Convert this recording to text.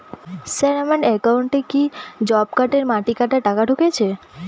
Sir আমার একাউন্টে কি জব কার্ডের মাটি কাটার টাকা ঢুকেছে?